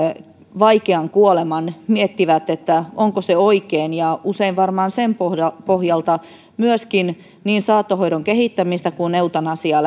vaikean kuoleman miettivät onko se oikein ja usein varmaan sen pohjalta myöskin niin saattohoidon kehittämistä kuin eutanasiaa